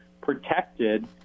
protected